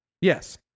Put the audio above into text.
Yes